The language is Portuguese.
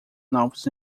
novos